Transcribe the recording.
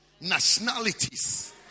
nationalities